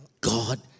God